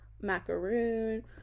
macaroon